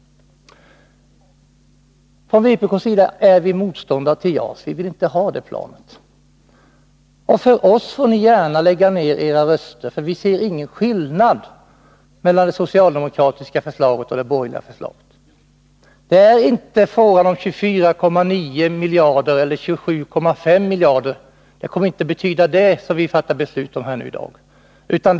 Vpk är motståndare till JAS. Vi vill inte ha det planet. För oss får ni gärna lägga ned era röster. Vi ser ingen skillnad mellan det socialdemokratiska och det borgerliga förslaget. Det är inte en fråga om 24,9 miljarder kronor eller 27,5 miljarder kronor. Det beslut vi kommer att fatta i dag kommer inte att betyda någonting därvidlag.